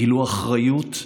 גילו אחריות.